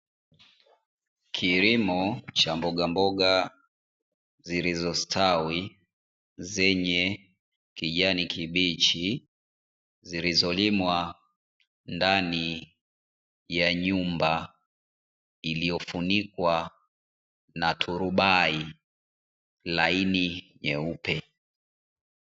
Kilimo cha mbogamboga zilizostawi zenye kijani kibichi, zilizolimwa ndani ya nyumba iliyofunikwa na turubai laini, nyeupe.